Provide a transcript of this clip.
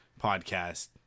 podcast